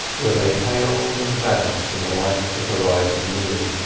where they paled and vanished in the light of the rising moon.